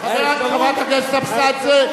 חברת הכנסת אבסדזה,